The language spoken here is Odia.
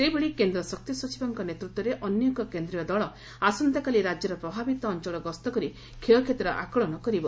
ସେହିଭଳି କେନ୍ଦ୍ର ଶକ୍ତି ସଚିବଙ୍କ ନେତୃତ୍ୱରେ ଅନ୍ୟ ଏକ କେନ୍ଦ୍ରୀୟ ଦଳ ଆସନ୍ତାକାଲି ରାଜ୍ୟର ପ୍ରଭାବିତ ଅଞ୍ଚଳ ଗସ୍ତ କରି କ୍ଷୟକ୍ଷତିର ଆକଳନ କରିବ